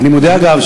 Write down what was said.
אגב,